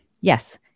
Yes